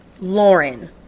lauren